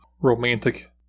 romantic